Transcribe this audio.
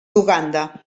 uganda